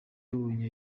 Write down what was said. yabonye